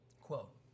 quote